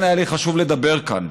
לכן, היה חשוב לי לדבר כאן.